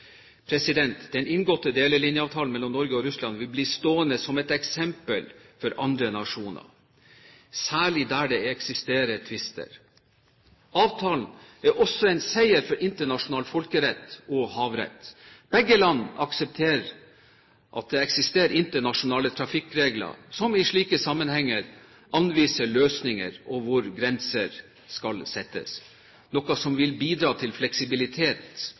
Den inngåtte delelinjeavtalen mellom Norge og Russland vil bli stående som et eksempel for andre nasjoner, særlig der det eksisterer tvister. Avtalen er også en seier for internasjonal folkerett og havrett. Begge land aksepterer at det eksisterer internasjonale trafikkregler som i slike sammenhenger anviser løsninger på hvor grenser skal settes, noe som vil bidra til fleksibilitet